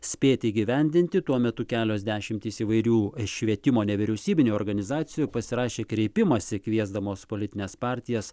spėti įgyvendinti tuo metu kelios dešimtys įvairių švietimo nevyriausybinių organizacijų pasirašė kreipimąsi kviesdamos politines partijas